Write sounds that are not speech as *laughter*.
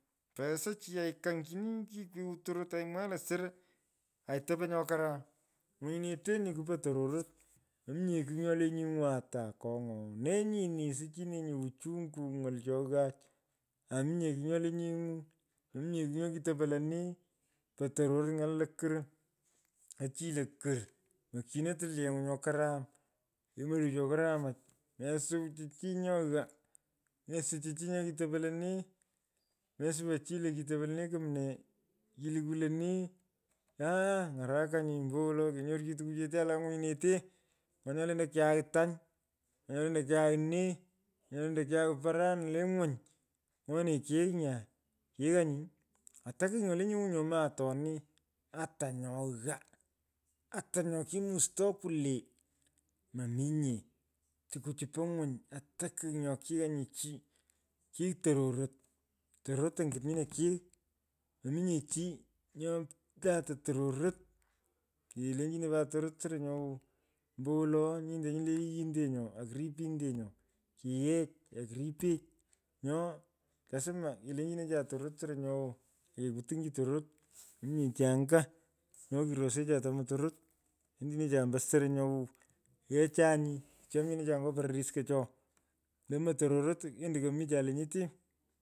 Peyasa chi aai kang kyini ki kwiwu tororot aimwaa lo soro. aituponyo nyo karam. nginyinetenyi k’po tororot. mominye kigh nyoie nyeng’u ata akony’oo. nee nyini sichinenyi uchungun ng’al cho ghaach aa mominye kigh nyole nyeng’u mominye kigh nyo kitopo lonee ko toror ng’al lokurr. ko chii lokurr. mokyinee tilieng’u nyo korom kemong’insho nyo karamach. mesoychi chi nyo ghaa. mesochiy chi nyo kitopo lonee. mesuwa chi lo kitopo lenee kumnee. kilukwu lenee. aah ng’arakonyi ombowolo kinyorchinyi tukuchete atak ng’unyinete. ng’o nyaendo kiaghaai tany. ng’o nyalendoi kiaghaai nee. ny’onyolenda parani mii ng’ony. ny’onyini kigh nyaa kighanyi ata kigh nyole nyeng’u nyo mi atoni. ata nyo ghaa. ata nyo kimustoy kwulee. mominyee. Tukuchu po ny’uny. ata kigh nyo kighanyi chi. kighiy tororot. Tororot angit nyini kighiy. mominye chi nyoo *unintelligible* tororot. nyi lenchinenyi pat tororot soro nyo wow. ombowolo nyinde nyini le yiyindenyo aku ripintenyo. kiyiyech ak ripech. nyo lasma kelenchinocha tororot soro nyo bwow ake kutung’chi tororot. mominye chi ango nyo kiresecha tomo tororot lenchinecha ombo soro nyo bwow. keghechanyi chomyenecha nyo pereriskocho. ndomo tororot ondo kemicha lenyete.